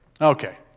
Okay